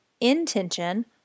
intention